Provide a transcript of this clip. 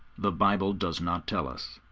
the bible does not tell us.